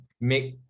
make